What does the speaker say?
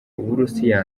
uburusiya